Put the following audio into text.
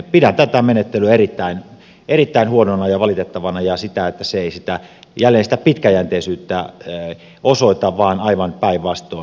pidän tätä menettelyä erittäin huonona ja valitettavana ja se ei jälleen sitä pitkäjänteisyyttä osoita vaan aivan päinvastoin